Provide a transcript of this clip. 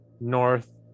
north